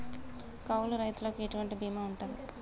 కౌలు రైతులకు ఎటువంటి బీమా ఉంటది?